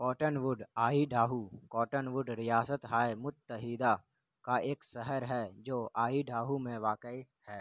cotton would Idaho Cottonwood ریاست ہائے متحدہ کا ایک شہر ہے جو آہیڈھاہو میں واقع ہے